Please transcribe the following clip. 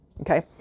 okay